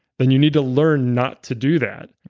then you need to learn not to do that.